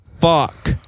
Fuck